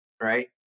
right